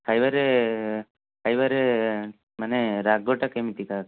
ଖାଇବାରେ ଖାଇବାରେ ମାନେ ରାଗଟା କେମିତିକା